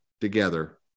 together